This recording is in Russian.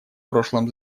прошлом